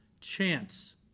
Chance